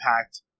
impact